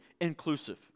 inclusive